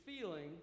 feeling